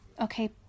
Okay